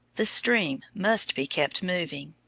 the stream must be kept moving,